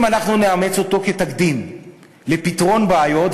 אם אנחנו נאמץ אותו כתקדים לפתרון בעיות,